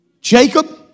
Jacob